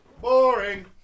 Boring